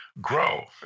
grow